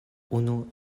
unu